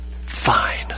fine